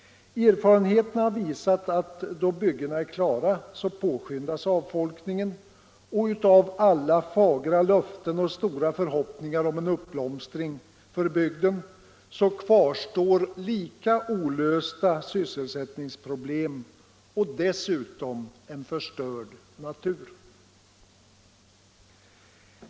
Erfarenheterna har visat att då byggena är klara påskyndas avfolkningen, och av alla fagra löften och stora förhoppningar om en uppblomstring för bygden kvarstår lika olösta sysselsättningsproblem och dessutom en förstörd natur.